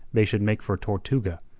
they should make for tortuga,